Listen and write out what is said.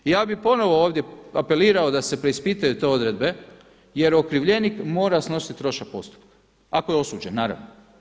I ja bi ponovo ovdje apelirao da se preispitaju te odredbe jer okrivljenik mora snositi trošak postupka ako je osuđen naravno.